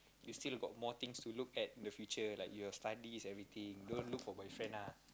you still got more things to look at in the future like your studies everything don't look for boyfriend lah